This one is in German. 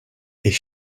ich